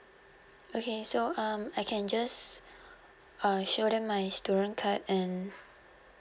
okay so um I can just uh show them my student card and